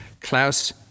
Klaus